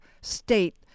state